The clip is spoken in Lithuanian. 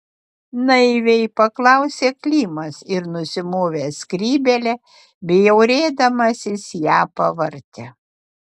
naiviai paklausė klimas ir nusimovęs skrybėlę bjaurėdamasis ją pavartė